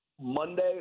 Monday